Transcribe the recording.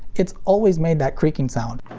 it's always made that creaking sound.